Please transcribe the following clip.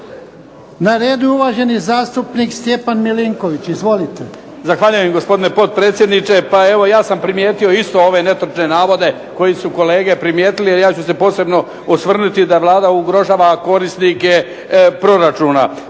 Na redu je uvaženi zastupnik Stjepan Milinković. Izvolite. **Milinković, Stjepan (HDZ)** Zahvaljujem gospodine potpredsjedniče. Pa evo ja sam primijetio isto ove netočne navode koji su kolege primijetili, a ja ću se posebno osvrnuti da Vlada ugrožava korisnike proračuna.